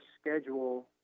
schedule